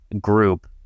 group